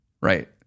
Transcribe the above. right